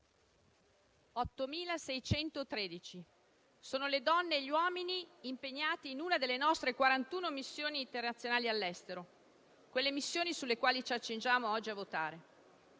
8.613 sono le donne e gli uomini impegnati in una delle nostre 41 missioni internazionali all'estero, quelle missioni sulle quali ci accingiamo oggi a votare: